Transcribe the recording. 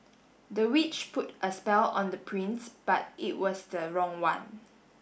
the witch put a spell on the prince but it was the wrong one